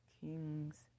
King's